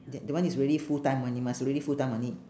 that that one is really full time [one] you must really full time on it